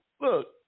look